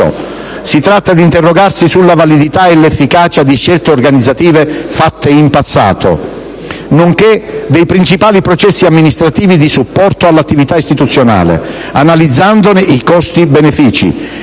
si tratta di interrogarsi sulla validità e l'efficacia di scelte organizzative fatte in passato, nonché dei principali processi amministrativi di supporto all'attività istituzionale, analizzandone i costi/benefici